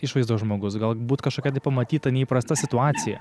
išvaizdos žmogus galbūt kažkokia tai pamatyta neįprasta situacija